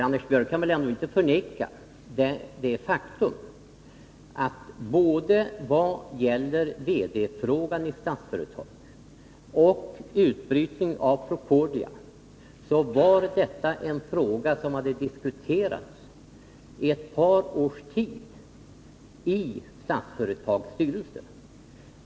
Anders Björck kan väl ändå inte förneka det faktum att både VD-frågan i Statsföretag och utbrytningen av Procordia var spörsmål som hade diskuteratsi ett par års tid i Statsföretags styrelse.